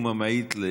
בכאב,